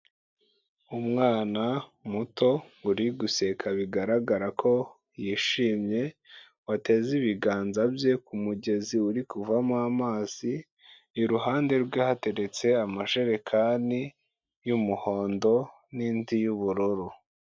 Umwana muto uri guseka bigaragara ko yishimye, wateze ibiganza bye ku mugezi uri kuvamo amazi, iruhande rwe hateretse amajerekani y'umuhondo n'indi y'ubururu.